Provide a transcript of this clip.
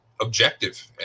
Objective